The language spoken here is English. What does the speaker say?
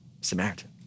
Samaritan